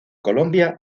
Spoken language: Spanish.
colombia